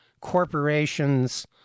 corporations